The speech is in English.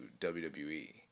WWE